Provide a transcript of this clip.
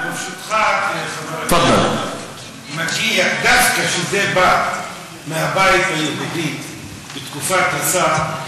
ברשותך, דווקא כשזה בא מהבית היהודי, בתקופת השר,